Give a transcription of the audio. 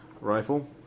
rifle